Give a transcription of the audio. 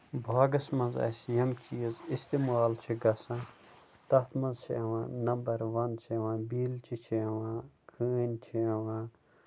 باغَس منٛز اَسہِ یِم چیٖز اِستعمال چھِ گژھان تَتھ منٛز چھِ یِوان نَمبر وَن ژٲنٛگِج چھِ یِوان فوم چھِ یِوان